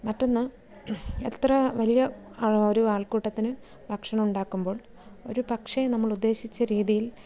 മറ്റൊന്ന് എത്ര വലിയ ഒരു ആൾക്കൂട്ടത്തിന് ഭക്ഷണം ഉണ്ടാക്കുമ്പോൾ ഒരുപക്ഷേ നമ്മളുദ്ദേശിച്ച രീതിയിൽ